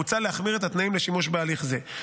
מוצע להחמיר את התנאים לשימוש בהליך זה.